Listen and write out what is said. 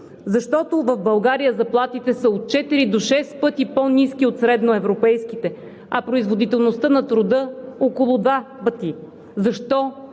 защото в България заплатите са от четири до шест пъти по-ниски от средноевропейските, а производителността на труда – около два пъти. Защо?